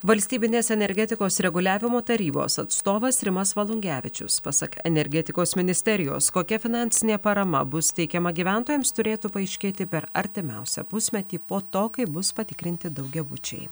valstybinės energetikos reguliavimo tarybos atstovas rimas valungevičius pasak energetikos ministerijos kokia finansinė parama bus teikiama gyventojams turėtų paaiškėti per artimiausią pusmetį po to kai bus patikrinti daugiabučiai